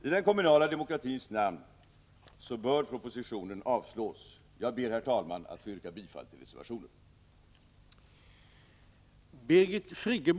I den kommunala demokratins namn bör propositionen avslås. Jag ber, herr talman, att få yrka bifall till reservationen.